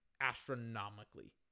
astronomically